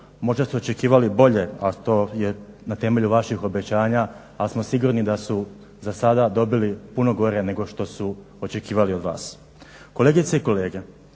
možda su očekivali bolje, a to je na temelju vaših obećanja, ali smo sigurni da su za sada dobili puno gore nego što su očekivali od vas. Kolegice i kolege,